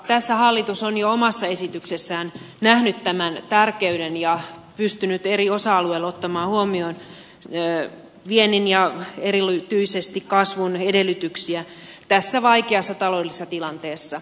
tässä hallitus on jo omassa esityksessään nähnyt tämän tärkeyden ja pystynyt eri osa alueilla ottamaan huomioon viennin ja erityisesti kasvun edellytyksiä tässä vaikeassa taloudellisessa tilanteessa